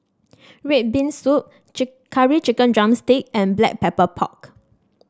red bean soup Curry Chicken drumstick and Black Pepper Pork